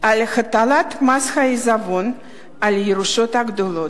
על הטלת מס עיזבון על ירושות גדולות,